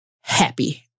happy